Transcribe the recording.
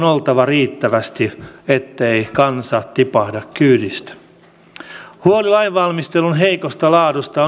oltava riittävästi ettei kansa tipahda kyydistä huoli lainvalmistelun heikosta laadusta